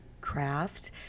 craft